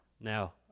Now